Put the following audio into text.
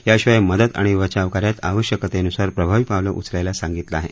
याशिवाय मदत आणि बचाव कार्यात आवश्यकतेनुसार प्रभावी पावलं उचलायला सांगितलं आहे